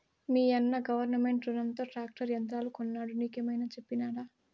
మీయన్న గవర్నమెంట్ రునంతో ట్రాక్టర్ యంత్రాలు కొన్నాడు నీకేమైనా చెప్పినాడా